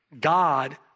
God